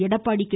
Edappadi K